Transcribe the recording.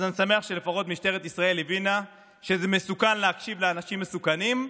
אז אני שמח שלפחות משטרת ישראל הבינה שזה מסוכן להקשיב לאנשים מסוכנים,